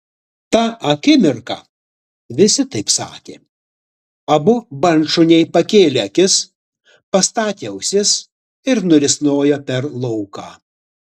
tą akimirką visi taip sakė abu bandšuniai pakėlė akis pastatė ausis ir nurisnojo per lauką